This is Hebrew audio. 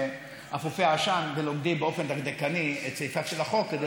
אפופי עשן ולומדים באופן דקדקני את סעיפיו של החוק כדי